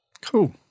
cool